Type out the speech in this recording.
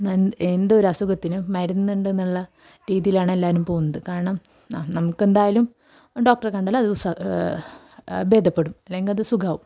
എന്ത് അസുഖത്തിനും മരുന്നുണ്ട് എന്നുള്ള രീതിയിലാണ് എല്ലാവരും പോകുന്നത് കാരണം ആ നമുക്കെന്തായാലും ഡോക്ടറെ കണ്ടാൽ അത് സ് ഭേദപ്പെടും അല്ലെങ്കിൽ അത് സുഖമാകും